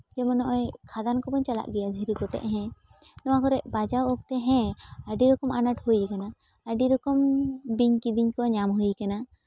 ᱡᱮᱢᱚᱱ ᱱᱚᱜᱼᱚᱭ ᱠᱷᱟᱫᱟᱱ ᱠᱚᱵᱚᱱ ᱪᱟᱞᱟᱜ ᱜᱮᱭᱟ ᱫᱷᱤᱨᱤ ᱠᱚᱴᱮᱡ ᱦᱮᱸ ᱱᱚᱣᱟ ᱠᱚᱨᱮ ᱵᱟᱡᱟᱣ ᱚᱠᱛᱮ ᱦᱮᱸ ᱟᱹᱰᱤ ᱨᱚᱠᱚᱢ ᱟᱱᱟᱴ ᱦᱩᱭ ᱠᱟᱱᱟ ᱟᱹᱰᱤ ᱨᱚᱠᱚᱢ ᱵᱤᱧ ᱠᱤᱫᱤᱧ ᱠᱚ ᱧᱟᱢ ᱦᱩᱭ ᱠᱟᱱᱟ